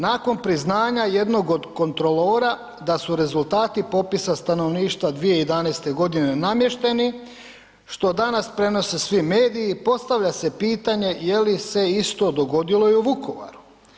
Nakon priznanja jednog od kontrolora da su rezultati popisa stanovništva 2011. namješteni, što danas prenose svi mediji, postavlja se pitanje je li se isto dogodilo i u Vukovaru?